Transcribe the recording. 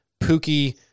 Pookie